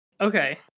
Okay